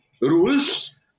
rules